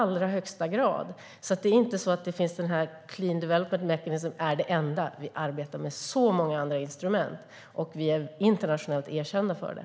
Clean development mechanism är inte det enda sättet vi arbetar på. Vi arbetar med så många andra instrument. Och vi är erkända för det internationellt.